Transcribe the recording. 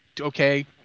okay